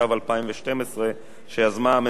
שיזמה הממשלה.